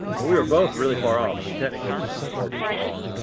but we were both really far off. i mean, technically we should just both be wrong.